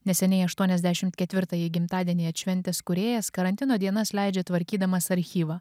neseniai aštuoniasdešimt ketvirtąjį gimtadienį atšventęs kūrėjas karantino dienas leidžia tvarkydamas archyvą